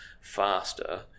faster